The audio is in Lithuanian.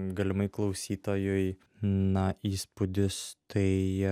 galimai klausytojui na įspūdis tai